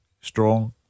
strong